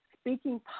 speaking